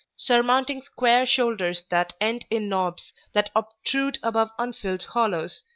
surmounting square shoulders that end in knobs that obtrude above unfilled hollows,